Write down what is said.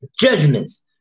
Judgments